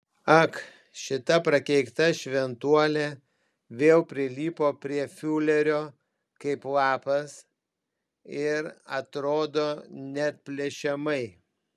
ak šita prakeikta šventuolė vėl prilipo prie fiurerio kaip lapas ir atrodo neatplėšiamai